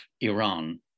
Iran